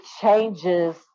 changes